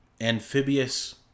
Amphibious